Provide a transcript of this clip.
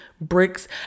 Bricks